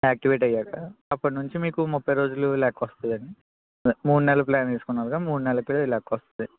activate అయ్యాక అప్పటినుంచి మీకు ముప్పై రోజులు లెక్క వస్తుంది అండి మూడు నెలలు ప్లాన్ వేసుకున్నారుగా మూడు నెలలకి లెక్క వస్తుంది